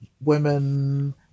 women